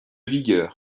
vigueur